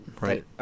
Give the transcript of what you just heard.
right